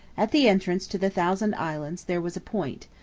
at the entrance to the thousand islands there was a point,